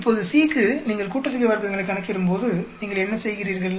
இப்போது C க்கு நீங்கள் கூட்டுத்தொகை வர்க்கங்களை கணக்கிடும்போது நீங்கள் என்ன செய்கிறீர்கள்